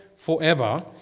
forever